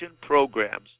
programs